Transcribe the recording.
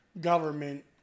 government